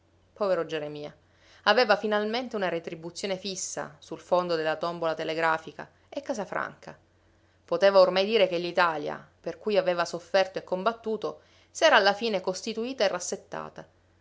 povero geremia aveva finalmente una retribuzione fissa sul fondo della tombola telegrafica e casa franca poteva ormai dire che l'italia per cui aveva sofferto e combattuto s'era alla fine costituita e rassettata